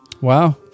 Wow